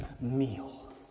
meal